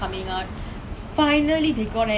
oh oh I love blackpink